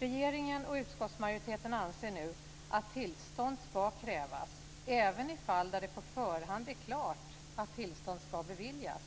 Regeringen och utskottsmajoriteten anser nu att tillstånd ska krävas även i fall där det på förhand är klart att tillstånd ska beviljas,